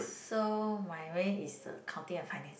so my main is accounting and finance